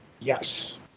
Yes